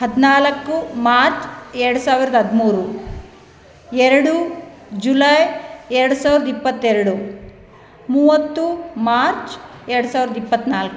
ಹದಿನಾಲ್ಕು ಮಾರ್ಚ್ ಎರಡು ಸಾವಿರದ ಹದಿಮೂರು ಎರಡು ಜುಲೈ ಎರಡು ಸಾವಿರದ ಇಪ್ಪತ್ತೆರಡು ಮೂವತ್ತು ಮಾರ್ಚ್ ಎರಡು ಸಾವಿರದ ಇಪ್ಪತ್ನಾಲ್ಕು